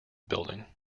building